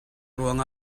ruang